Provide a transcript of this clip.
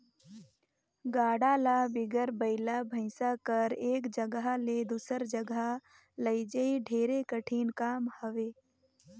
गाड़ा ल बिगर बइला भइसा कर एक जगहा ले दूसर जगहा लइजई ढेरे कठिन काम हवे